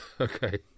okay